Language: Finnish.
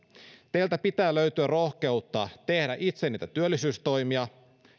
teiltä pitää löytyä rohkeutta tehdä itse niitä työllisyystoimia